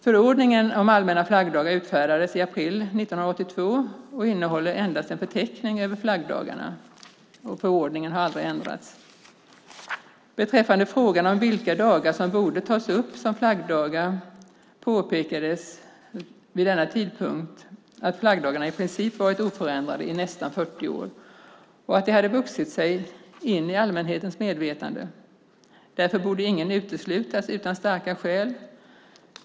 Förordningen om allmänna flaggdagar utfärdades i april 1982 och innehåller endast en förteckning över flaggdagarna. Förordningen har aldrig ändrats. Beträffande frågan om vilka dagar som borde tas upp som flaggdagar påpekades vid denna tidpunkt att flaggdagarna i princip hade varit oförändrade i nästan 40 år och att de hade vuxit sig in i allmänhetens medvetande. Därför borde ingen uteslutas utan starka skäl.